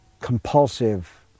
compulsive